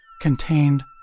contained